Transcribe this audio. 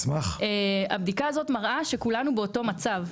הבדיקה הזאת מראה שכולנו באותו מצב.